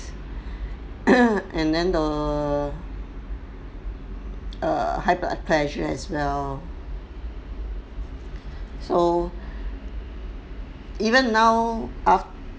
and then the err high blood pressure as well so even now after